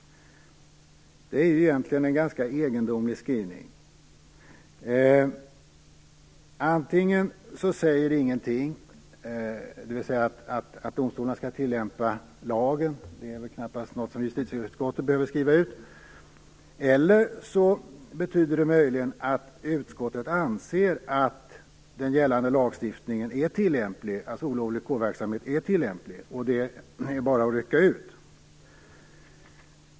Det är egentligen en ganska egendomlig skrivning. Antingen säger den ingenting - att domstolarna skall tillämpa lagen är knappast något som justitieutskottet behöver skriva ut - eller så betyder det att utskottet anser att den gällande lagstiftningen när det gäller olovlig kårverksamhet är tillämplig; det är bara att rycka ut.